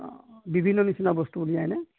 অঁ বিভিন্ন নিচিনা বস্তু ওলিয়াইনে